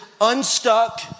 unstuck